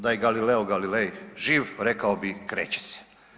Da je Galileo Galilei živ, rekao bi kreće se.